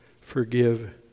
forgive